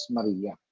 Maria